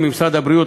ממשרד הבריאות,